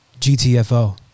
GTFO